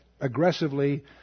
aggressively